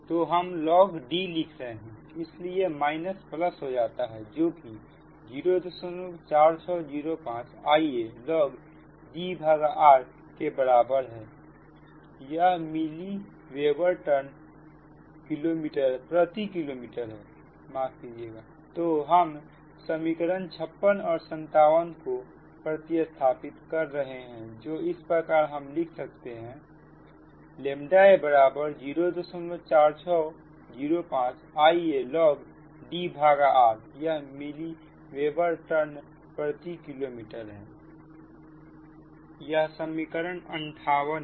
तो हम logD लिख रहे हैं इसलिए माइनस प्लस हो जाता है जोकि 04605 IalogDr के बराबर है यह मिली वेबर टर्न प्रति किलोमीटर है तो हम समीकरण 56 और 57 को प्रतिस्थापित कर रहे हैं जो इस प्रकार हम लिख सकते हैं ʎa 04605 IalogDr यह मिली वेबर टर्न प्रति किलोमीटर है यह समीकरण 58 है